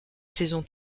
saison